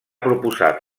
proposat